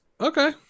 Okay